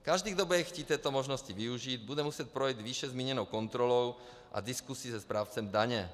Každý, kdo bude chtít této možnosti využít, bude muset projít výše zmíněnou kontrolou a diskusí se správcem daně.